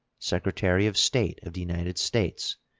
secretary of state of the united states,